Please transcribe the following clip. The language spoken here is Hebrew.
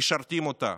משרתים אותה,